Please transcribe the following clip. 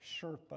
Sherpa